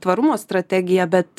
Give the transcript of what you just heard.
tvarumo strategija bet